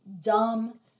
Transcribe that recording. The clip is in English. dumb